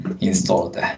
installed